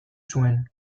zuen